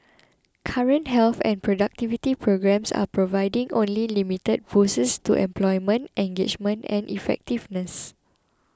current health and productivity programmes are providing only limited boosts to employment engagement and effectiveness